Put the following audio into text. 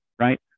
Right